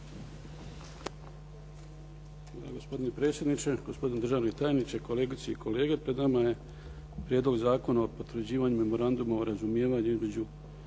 Hvala gospodine predsjedniče, gospodine državni tajniče, kolegice i kolege. Pred nama je Prijedlog zakona o potvrđivanju Memoranduma o razumijevanju između